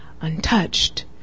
Untouched